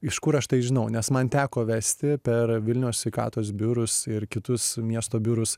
iš kur aš tai žinau nes man teko vesti per vilniaus sveikatos biurus ir kitus miesto biurus